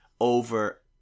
over